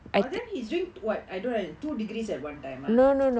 oh then he's doing what I don't two degrees at one time ah